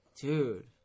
Dude